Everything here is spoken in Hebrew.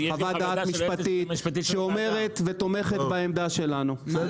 חוות דעת משפטית שאומרת ותומכת בעמדה שלנו.